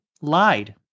lied